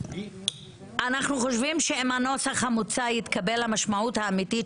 אנחנו חושבים שאם הנוסח המוצע יתקבל המשמעות האמיתית